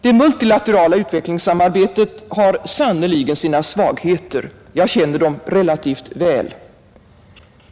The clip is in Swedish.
Det multilaterala utvecklingssamarbetet har sannerligen sina svagheter; jag känner dem relativt väl.